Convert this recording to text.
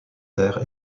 terre